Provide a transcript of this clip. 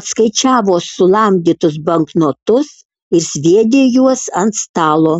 atskaičiavo sulamdytus banknotus ir sviedė juos ant stalo